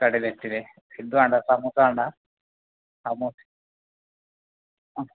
കട്ലറ്റിലെ ഇത് വേണ്ട സമോസ വേണ്ട സമോസ